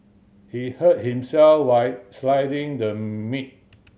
he hurt himself while slicing the meat